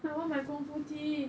I want my 功夫 tea